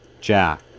Jack